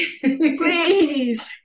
please